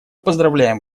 поздравляем